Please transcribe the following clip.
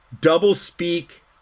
double-speak